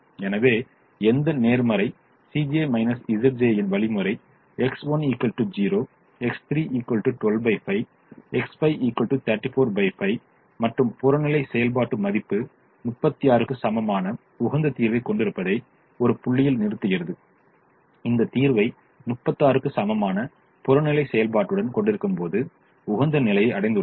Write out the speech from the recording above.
எனவே எந்த நேர்மறை ன் வழிமுறை X1 6 X3 125 X5 345 மற்றும் புறநிலை செயல்பாட்டு மதிப்பு 36 க்கு சமமான உகந்த தீர்வைக் கொடுப்பதை ஒரு புள்ளியில் நிறுத்துகிறது இந்த தீர்வை 36 க்கு சமமான புறநிலை செயல்பாட்டுடன் கொண்டிருக்கும்போது உகந்த நிலையை அடைந்துள்ளது